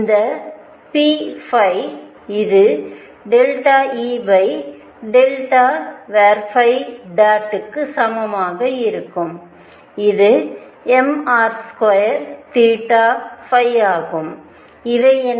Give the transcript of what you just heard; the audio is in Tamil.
இந்த pφ இது ∂E ∂̇ க்கு சமமாக இருக்கும் இது mr2ϕ̇ஆகும் இவை என்ன